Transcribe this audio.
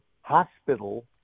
hospital